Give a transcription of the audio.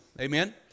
Amen